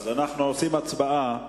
אז, אנחנו עושים הצבעה ברורה.